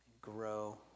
grow